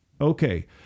okay